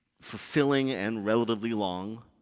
fulfilling and relatively long,